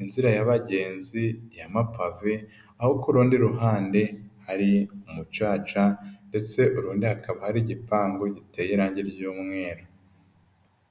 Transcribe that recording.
inzira yababagenzi y'amapave, aho ku rundi ruhande hari umucaca ndetse urundi hakaba hari igipangu giteye irangi ry'umweru.